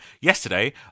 Yesterday